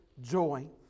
joy